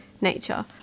nature